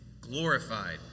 glorified